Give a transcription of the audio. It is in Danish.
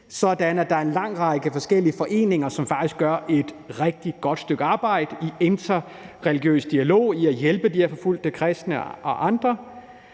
sådan at der er en lang række forskellige foreninger, som faktisk gør et rigtig godt stykke arbejde i interreligiøs dialog og i at hjælpe de her forfulgte kristne og andre.